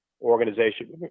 organization